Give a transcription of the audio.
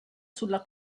sulla